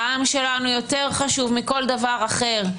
העם שלנו יותר חשוב מכל דבר אחר,